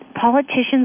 politicians